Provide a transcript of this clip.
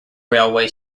railway